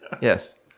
Yes